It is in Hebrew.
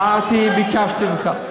אם זה היה עולה פעם אחת, אמרתי, ביקשתי ממך.